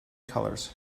colors